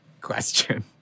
question